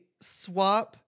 swap